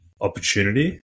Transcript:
opportunity